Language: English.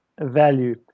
value